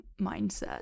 mindset